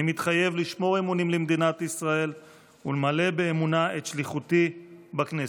אני מתחייב לשמור אמונים למדינת ישראל ולמלא באמונה את שליחותי בכנסת.